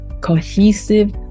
cohesive